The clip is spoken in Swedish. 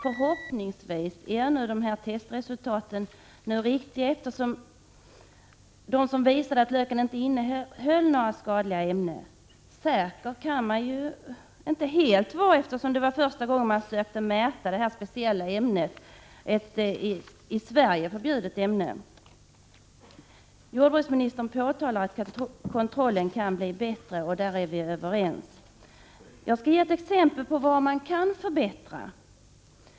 Förhoppningsvis är ändå testresultaten, som visar att löken inte innehåller några skadliga ämnen, riktiga. Säker kan man dock inte vara, eftersom det var första gången man försökte mäta detta speciella ämne — som är förbjudet i Sverige. Jordbruksministern säger att kontrollen kan bli bättre, och om det är vi överens. Jag skall ta ett exempel på sådant som kan förbättras.